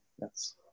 yes